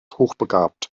hochbegabt